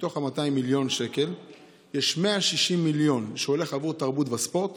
מתוך ה-200 מיליון שקל יש 160 מיליון שהולכים בעבור תרבות וספורט